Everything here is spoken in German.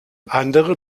andere